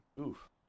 Oof